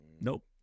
Nope